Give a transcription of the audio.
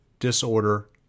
disorder